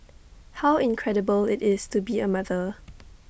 how incredible IT is to be A mother